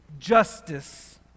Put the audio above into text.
Justice